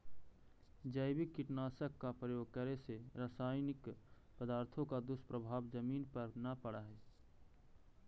जैविक कीटनाशक का प्रयोग करे से रासायनिक पदार्थों का दुष्प्रभाव जमीन पर न पड़अ हई